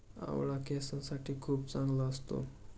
आवळा केसांसाठी खूप चांगला असतो